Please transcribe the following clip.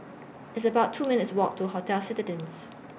It's about two minutes' Walk to Hotel Citadines